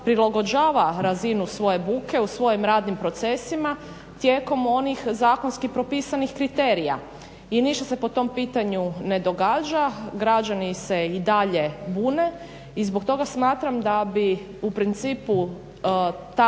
prilagođava razinu svoje buke u svojim radnim procesima tijekom onih zakonski propisanih kriterija. I ništa se po tom pitanju ne događa, građani se i dalje bune. I zbog toga smatram da bi u principu